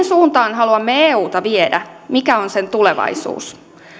suuntaan haluamme euta viedä mikä on sen tulevaisuus